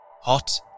Hot